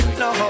no